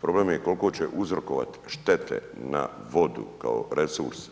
Problem je koliko će uzrokovati štete na vodu kao resurs